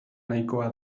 nahikoa